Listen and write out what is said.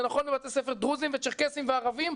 זה נכון לבתי ספר דרוזים וצ'רקסים וערבים,